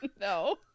No